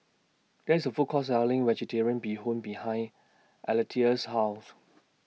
There IS A Food Court Selling Vegetarian Bee Hoon behind Alethea's House